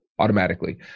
Automatically